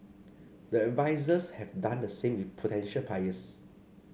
the advisers have done the same with potential buyers